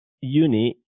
Uni